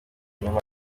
inyuma